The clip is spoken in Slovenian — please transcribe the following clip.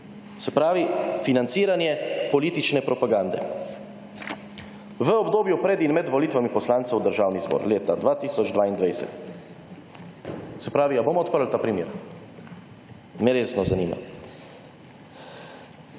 Se pravi, financiranje politične propagande – v obdobju pred in med volitvami poslancev v Državni zbor leta 2022. Ali bomo odprli ta primer? Resno me zanima.